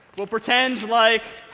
we'll pretend like